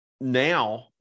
now